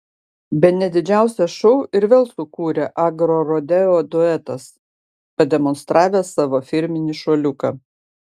bene didžiausią šou ir vėl sukūrė agrorodeo duetas pademonstravęs savo firminį šuoliuką